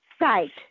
Right